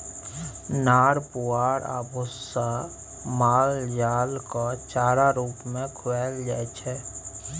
नार पुआर आ भुस्सा माल जालकेँ चारा रुप मे खुआएल जाइ छै